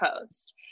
post